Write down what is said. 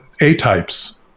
A-types